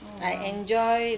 oh !wow!